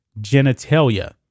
genitalia